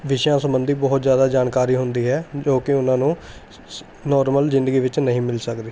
ਵਿਸ਼ਿਆਂ ਸੰਬੰਧੀ ਬਹੁਤ ਜ਼ਿਆਦਾ ਜਾਣਕਾਰੀ ਹੁੰਦੀ ਹੈ ਜੋ ਕਿ ਉਹਨਾਂ ਨੂੰ ਸ ਨੋਰਮਲ ਜ਼ਿੰਦਗੀ ਵਿੱਚ ਨਹੀਂ ਮਿਲ ਸਕਦੀ